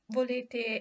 volete